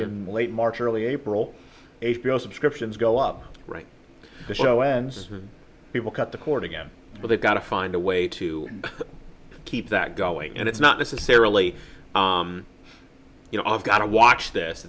in late march early april subscriptions go up right the show ends when people cut the cord again but they've got to find a way to keep that going and it's not necessarily you know i've got to watch this